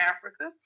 Africa